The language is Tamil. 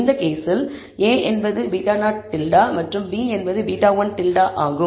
இந்த கேஸில் a என்பது β̂0 மற்றும் b என்பது β̂1 ஆகும்